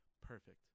perfect